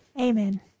Amen